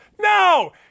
No